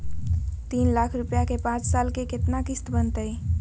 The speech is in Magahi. तीन लाख रुपया के पाँच साल के केतना किस्त बनतै?